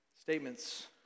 Statements